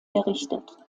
errichtet